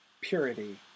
purity